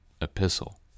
epistle